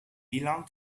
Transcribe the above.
belong